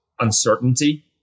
uncertainty